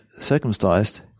circumcised